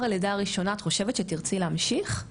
הלידה הראשונה את חושבת שתירצי להמשיך?